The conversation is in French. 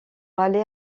aller